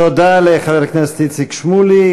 תודה לחבר הכנסת איציק שמולי.